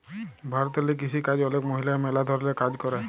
ভারতেল্লে কিসিকাজে অলেক মহিলারা ম্যালা ধরলের কাজ ক্যরে